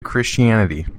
christianity